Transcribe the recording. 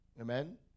Amen